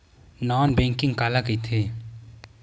Non banking काला कइथे?